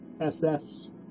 SS